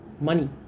money